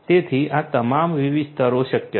તેથી આ તમામ વિવિધ સ્તરો શક્ય છે